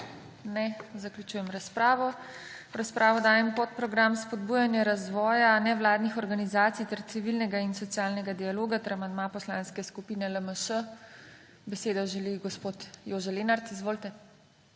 Ne. Zaključujem razpravo. V razpravo dajem podprogram Spodbujanje razvoja nevladnih organizacij ter civilnega in socialnega dialoga ter amandma Poslanske skupine LMŠ. Besedo želi gospod Jože Lenart. Izvolite.